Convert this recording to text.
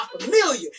familiar